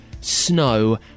snow